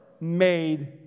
made